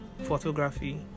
photography